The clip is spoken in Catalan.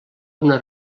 una